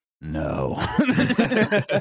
no